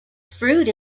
fruit